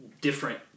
different